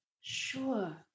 Sure